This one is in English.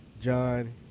John